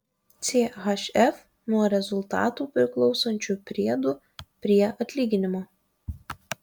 chf nuo rezultatų priklausančių priedų prie atlyginimo